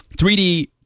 3D